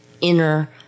inner